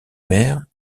maires